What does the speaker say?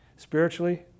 Spiritually